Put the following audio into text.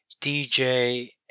DJ